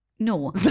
No